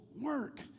work